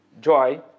joy